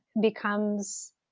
becomes